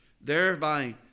Thereby